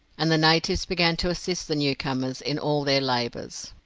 and the natives began to assist the new-comers in all their labours.